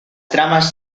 tramas